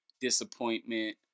disappointment